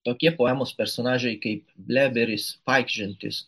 tokie poemos personažai kaip bleberis vaikščiojantis